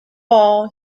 all